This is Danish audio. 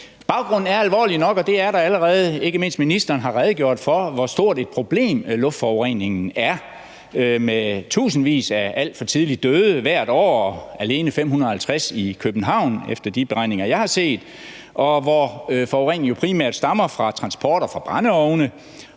Baggrunden er alvorlig nok, og ikke mindst ministeren har redegjort for, hvor stort et problem luftforureningen er med tusindvis af alt for tidligt døde hvert år, alene 550 i København ifølge de beregninger, jeg har set, og hvor forureningen jo primært stammer fra transport og fra brændeovne,